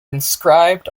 inscribed